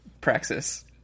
praxis